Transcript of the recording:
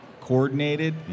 coordinated